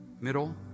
Middle